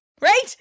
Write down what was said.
Right